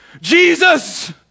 Jesus